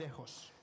lejos